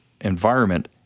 environment